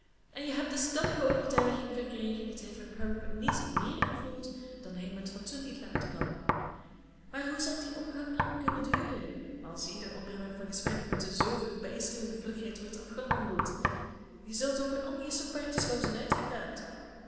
en je hebt de stellige overtuiging verkregen dat hij voor pope niet méér gevoelt dan hij met fatsoen niet laten kan maar hoe zal die omgang lang kunnen duren als ieder onderwerp van gesprek met zoo verbijsterende vlugheid wordt afgehandeld je zult over al je stokpaardjes gauw zijn uitgepraat